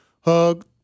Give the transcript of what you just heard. hug